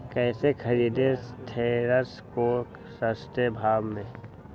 कैसे खरीदे थ्रेसर को सस्ते भाव में?